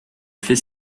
fait